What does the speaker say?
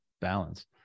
balance